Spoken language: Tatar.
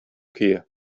көе